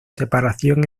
separación